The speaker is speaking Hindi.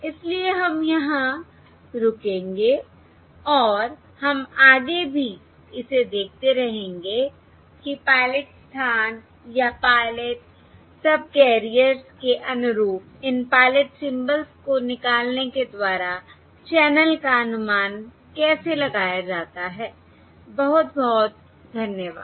इसलिए हम यहां रुकेंगे और हम आगे भी इसे देखते रहेंगे कि पायलट स्थान या पायलट सबकैरियर्स के अनुरूप इन पायलट सिंबल्स को निकालने के द्वारा चैनल का अनुमान कैसे लगाया जाता है बहुत बहुत धन्यवाद